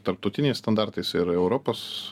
tarptautiniais standartais ir europos